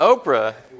Oprah